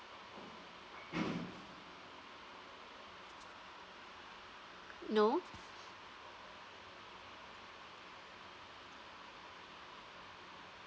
no